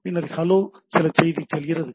பின்னர் ஹலோ சில செய்தி செல்கிறது